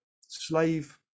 slave